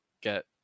get